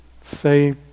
Say